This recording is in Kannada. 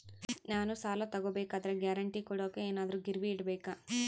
ನಾನು ಸಾಲ ತಗೋಬೇಕಾದರೆ ಗ್ಯಾರಂಟಿ ಕೊಡೋಕೆ ಏನಾದ್ರೂ ಗಿರಿವಿ ಇಡಬೇಕಾ?